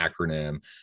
acronym